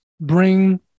bring